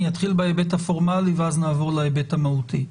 אני אתחיל בהיבט הפורמלי ואז נעבור להיבט המהותי.